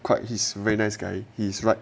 quite he's very nice guy he is right